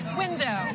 window